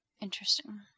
Interesting